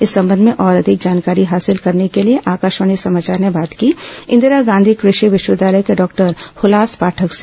इस संबंध में और अधिक जानकारी हासिल करने के लिए आकाशवाणी समाचार ने बात की इंदिरा गांधी कृषि विश्वविद्यालय के डॉक्टर हुलास पाठक से